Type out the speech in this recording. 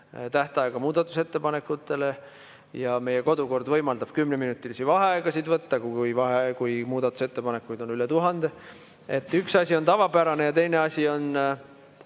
tähtaega muudatusettepanekute [esitamiseks]. Ja meie kodukord võimaldab kümneminutilisi vaheaegasid võtta, [isegi] kui muudatusettepanekuid on üle tuhande. Üks asi on tavapärane ja teine asi on